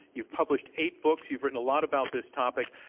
you've published eight books. you've written a lot about this topic.